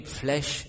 flesh